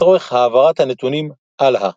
לצורך העברת הנתונים הלאה.